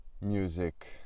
music